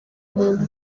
muntu